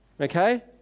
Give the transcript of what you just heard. okay